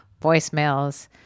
voicemails